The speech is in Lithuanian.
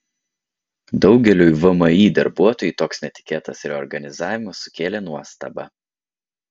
daugeliui vmi darbuotojų toks netikėtas reorganizavimas sukėlė nuostabą